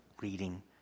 reading